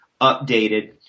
updated